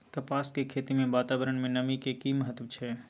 कपास के खेती मे वातावरण में नमी के की महत्व छै?